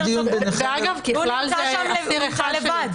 ואגב, הוא נמצא שם לבד.